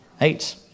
Eight